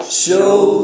Show